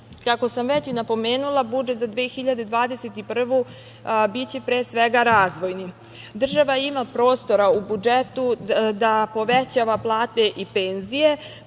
sam već napomenula, budžet za 2021. godinu biće pre svega razvojni. Država ima prostora u budžetu da povećava plate i penzije,